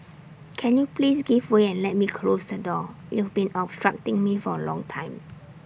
can you please give way and let me close the door you've been obstructing me for A long time